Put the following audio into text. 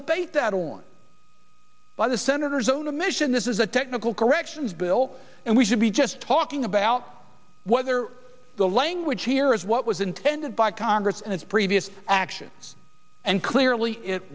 fate that a warning by the senators own admission this is a technical corrections bill and we should be just talking about whether the language here is what was intended by congress in its previous action and clearly it